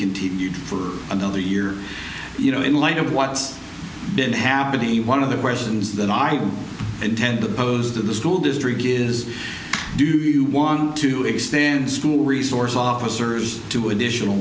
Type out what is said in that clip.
continued for another year you know in light of what's been happening one of the questions that i intend to pose to the school district is do you want to extend school resource officers two additional